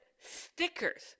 stickers